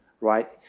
right